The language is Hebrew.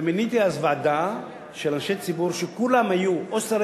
ומיניתי אז ועדה של אנשי ציבור שכולם היו או שרי